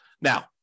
Now